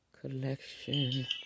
collection